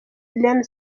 iain